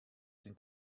sind